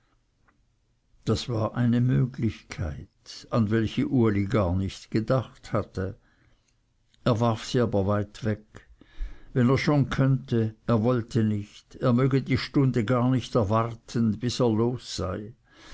das war eine möglichkeit an welche uli gar nicht gedacht hatte er warf sie aber weit weg wenn er schon könnte er wollte nicht er möge die stunde gar nicht erwarten bis er los sei